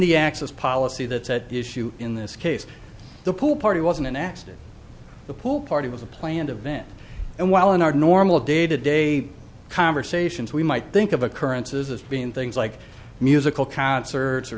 axis policy that's at issue in this case the pool party wasn't an accident the pool party was a planned event and while in our normal day to day conversations we might think of occurrences as being things like musical concerts or